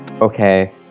okay